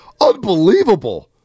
Unbelievable